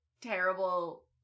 terrible